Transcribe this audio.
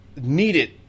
needed